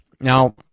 Now